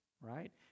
Right